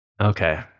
Okay